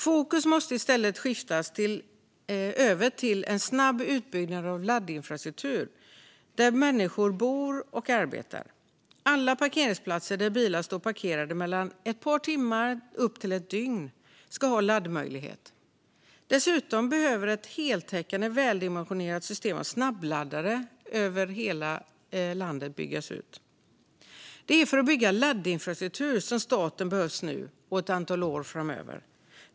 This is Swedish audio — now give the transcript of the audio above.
Fokus måste i stället skiftas över till en snabb utbyggnad av laddinfrastruktur på platser där människor bor och arbetar. Alla parkeringsplatser där bilar står parkerade mellan ett par timmar och upp till ett dygn ska ha laddmöjlighet. Dessutom behöver man bygga ut ett heltäckande och väldimensionerat system av snabbladdare över hela landet. Det är för att bygga laddinfrastruktur som staten behövs nu och ett antal år framåt.